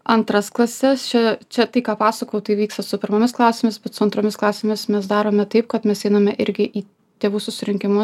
antras klases čia čia tai ką pasakojau tai vyksta su pirmomis klasėmis bet su antromis klasėmis mes darome taip kad mes einame irgi į tėvų susirinkimu